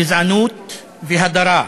גזענות והדרה.